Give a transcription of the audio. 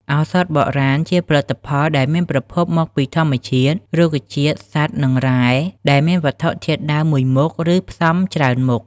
ឱសថបុរាណជាផលិតផលដែលមានប្រភពមកពីធម្មជាតិ រុក្ខជាតិ សត្វ និង រ៉ែ ដែលមានវត្ថុធាតុដើម មួយមុខ ឬ ផ្សំច្រើនមុខ។